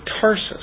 Tarsus